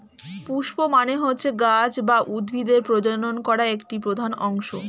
পুস্প মানে হচ্ছে গাছ বা উদ্ভিদের প্রজনন করা একটি প্রধান অংশ